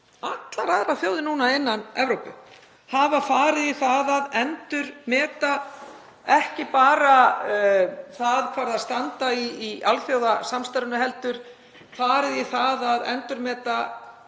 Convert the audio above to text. allar aðrar þjóðir innan Evrópu farið í að endurmeta ekki bara það hvar þær standa í alþjóðasamstarfinu heldur farið í að endurmeta